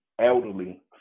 elderly